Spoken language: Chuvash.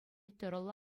тӑрӑллӑ